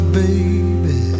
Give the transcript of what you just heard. baby